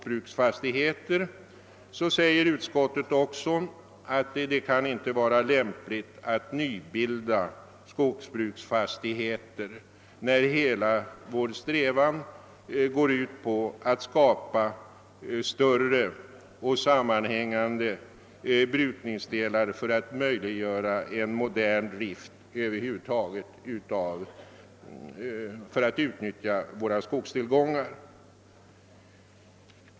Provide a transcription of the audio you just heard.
bruksfastigheter, säger utskottet att det inte kan vara lämpligt att nybilda ofullständiga skogsbruksfastigheter, när hela vår strävan går ut på att skapa större och sammanhängande behandlingsytor för att möjliggöra en modern drift och för att rationellt utnyttja våra skogstillgångar.